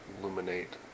illuminate